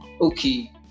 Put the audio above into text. okay